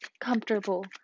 comfortable